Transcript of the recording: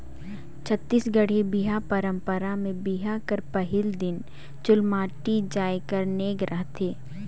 छत्तीसगढ़ी बिहा पंरपरा मे बिहा कर पहिल दिन चुलमाटी जाए कर नेग रहथे